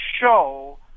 show